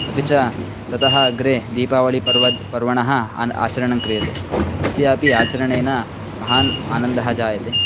अपि च ततः अग्रे दीपावलिपर्व पर्वणः आन् आचरणं क्रियते तस्यापि आचरणेन महान् आनन्दः जायते